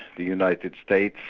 the united states,